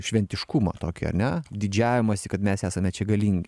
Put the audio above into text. šventiškumą tokį ar ne didžiavimąsi kad mes esame čia galingi